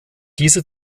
diese